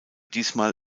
diesmal